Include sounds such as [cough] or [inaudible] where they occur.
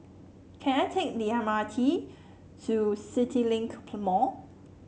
can I take the M R T to CityLink [unintelligible] Mall